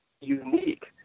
unique